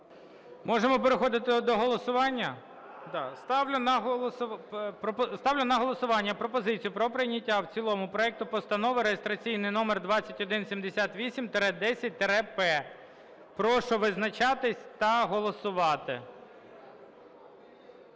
Можемо переходити до голосування? Ставлю на голосування пропозицію про прийняття в цілому проекту Постанови реєстраційний номер 2178-10-П, прошу визначатись та голосувати.